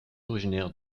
originaire